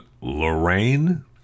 Lorraine